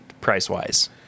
price-wise